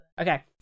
Okay